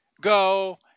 go